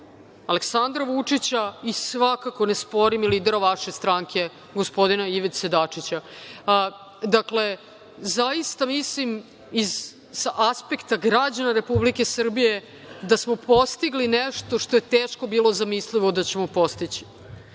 Aleksandra Vučića i, svakako ne sporim, lidera vaše stranke, gospodina Ivice Dačića. Dakle, zaista mislim, sa aspekta građana Republike Srbije, da smo postigli nešto što je teško bilo zamislivo da ćemo postići